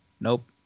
nope